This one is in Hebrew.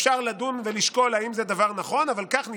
אפשר לדון ולשקול אם זה דבר נכון, אבל כך נפסק,